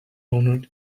honoured